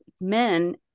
men